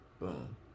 boom